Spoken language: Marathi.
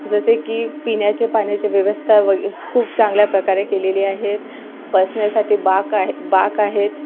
जसे की पिण्याचे पाण्याची व्यवस्था वगे खूप चांगल्या प्रकारे केलेले आहेत बसण्यासाठी बाक आहे बाक आहेत